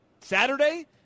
Saturday